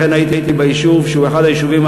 אכן הייתי ביישוב שהוא אחד היישובים